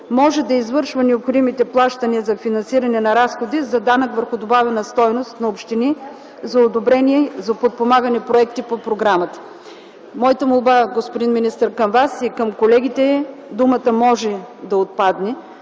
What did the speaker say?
може да извършва необходимите плащания за финансиране на разходи за данък върху добавената стойност на общини за одобрение за подпомагане на проекти по програмата. Моята молба, господин министър, към Вас и към колегите е думата „може” да отпадне,